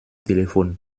téléphone